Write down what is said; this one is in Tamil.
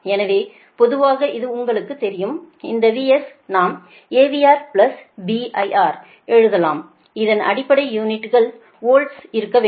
எனவே பொதுவாக இது உங்களுக்குத் தெரியும் இந்த VS நாம் AVR B IR எழுதலாம் இதன் அடிப்படை யூனிட்டுகள் வோல்ட்டாக இருக்க வேண்டும்